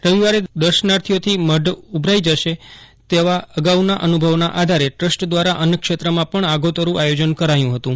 રવિવારે દર્શનાર્થીઓથી મઢ ઉભરાઈ જશે તેવા અગાઉના અનુભવના આધારે ટ્રસ્ટ દ્વારા અન્નક્ષેત્રમાં પણ આગોતરું આયોજન કરાયું હતું